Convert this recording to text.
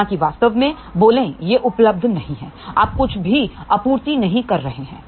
हालांकि वास्तव में बोले यह उपलब्ध नहीं है आप कुछ भी आपूर्ति नहीं कर रहे हैं